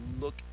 look